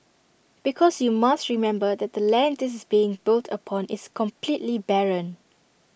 because you must remember that the land this is being built upon is completely barren